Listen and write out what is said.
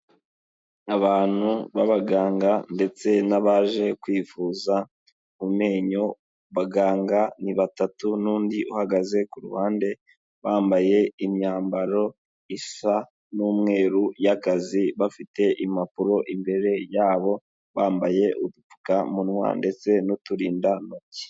Abantu b'abaganga ndetse n'abaje kwivuza mu menyo. abaganga ni batatu n'undi uhagaze ku ruhande bambaye imyambaro isa n'umweru y'akazi, bafite impapuro imbere yabo, bambaye udupfukamunwa ndetse n'uturindantoki.